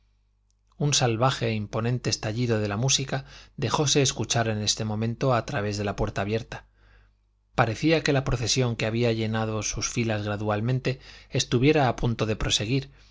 un salvaje e imponente estallido de la música dejóse escuchar en este momento a través de la puerta abierta parecía que la procesión que había llenado sus filas gradualmente estuviera a punto de proseguir